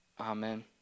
Amen